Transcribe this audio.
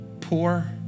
poor